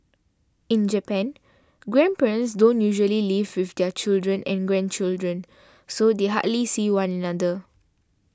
in Japan grandparents don't usually live with their children and grandchildren so they hardly see one another